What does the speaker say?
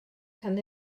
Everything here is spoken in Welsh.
tan